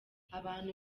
abantu